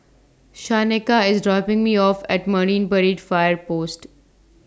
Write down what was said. Shaneka IS dropping Me off At Marine Parade Fire Post